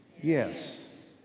Yes